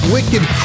Wicked